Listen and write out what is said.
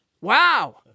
Wow